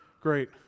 great